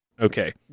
okay